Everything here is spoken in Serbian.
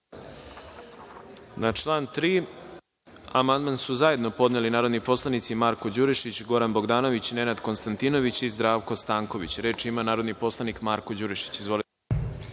Na član 3. amandman su zajedno podneli narodni poslanici Marko Đurišić, Goran Bogdanović, Nenad Konstantinović i Zdravko Stanković. Reč ima narodni poslanik Marko Đurišić. Izvolite.